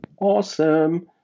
awesome